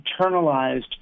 internalized